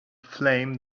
flame